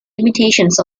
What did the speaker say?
limitations